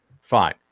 fine